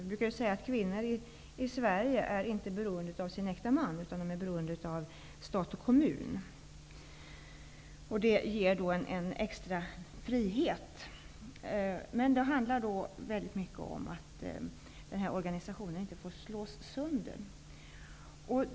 Man brukar säga att kvinnor i Sverige inte är beroende av sin äkta man, utan de är beroende av stat och kommun. Det ger en extra frihet. Men det handlar väldigt mycket om att den här organisationen inte får slås sönder.